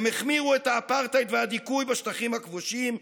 הם החמירו את האפרטהייד והדיכוי בשטחים הכבושים,